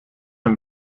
een